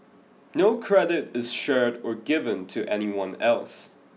no credit is shared or given to anyone else